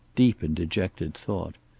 deep in dejected thought.